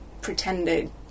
pretended